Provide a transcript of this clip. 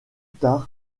tard